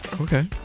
Okay